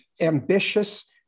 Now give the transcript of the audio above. ambitious